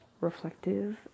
reflective